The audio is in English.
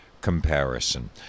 comparison